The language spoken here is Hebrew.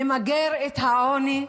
למגר את העוני,